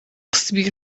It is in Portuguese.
recebi